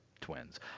Twins